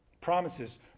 promises